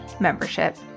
membership